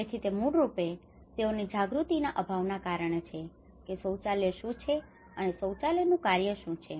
તેથી તે મૂળરૂપે તેઓની જાગૃતિના અભાવના કારણે છે કે શૌચાલય શું છે અને શૌચાલયનુ કાર્ય શુ છે